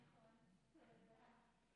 אדוני היושב-ראש,